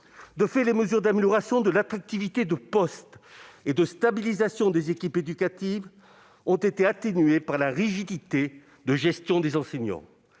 De fait, les mesures d'amélioration de l'attractivité de postes et de stabilisation des équipes éducatives ont été atténuées par la rigidité de gestion des enseignants.